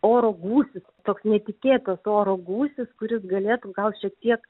oro gūsis toks netikėtas oro gūsis kuris galėtų gal šiek tiek